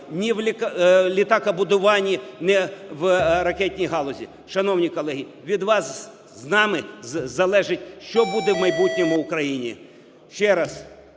ні в літакобудуванні, ні в ракетній галузі. Шановні колеги! Від вас з нами залежить, що буде в майбутньому в Україні. Ще раз,